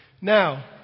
Now